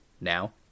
Now